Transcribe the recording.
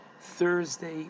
Thursday